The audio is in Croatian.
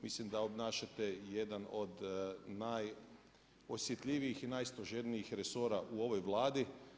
Mislim da obnašate jedan od najosjetljivijih i najsloženijih resora u ovoj Vladi.